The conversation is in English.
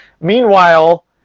Meanwhile